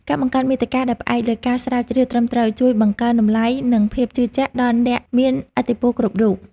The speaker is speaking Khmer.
ការបង្កើតមាតិកាដែលផ្អែកលើការស្រាវជ្រាវត្រឹមត្រូវជួយបង្កើនតម្លៃនិងភាពជឿជាក់ដល់អ្នកមានឥទ្ធិពលគ្រប់រូប។